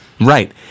right